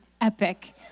epic